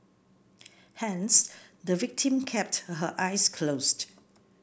hence the victim kept her eyes closed